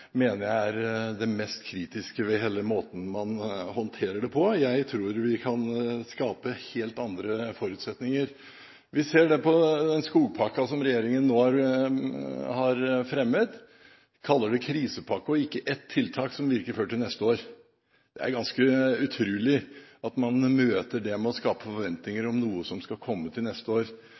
mener jeg er det mest kritiske ved den måten man håndterer dette på. Jeg tror vi kan skape helt andre forutsetninger. Vi ser det på den skogpakken som regjeringen nå har fremmet. De kaller det krisepakke, men det er ikke ett tiltak som virker før til neste år. Det er ganske utrolig at man møter dette med å skape forventninger om noe som skal komme til neste år.